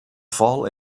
fall